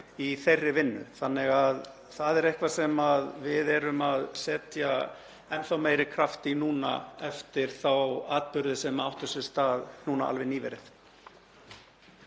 í þeirri vinnu þannig að það er eitthvað sem við erum að setja enn þá meiri kraft í núna eftir þá atburði sem áttu sér stað nýverið.